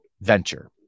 venture